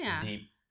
deep